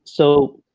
so